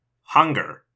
Hunger